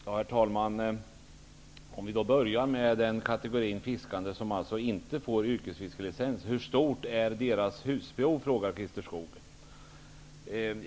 Herr talman! Om vi börjar med kategorin som inte får yrkesfiskelicens, så frågade Christer Skoog hur stort deras husbehov är?